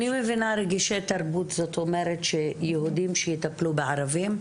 אני מבינה רגישי תרבות זאת אומרת שיהודים שיטפלו בערבים?